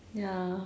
ya